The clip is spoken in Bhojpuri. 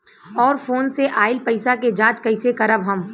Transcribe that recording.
और फोन से आईल पैसा के जांच कैसे करब हम?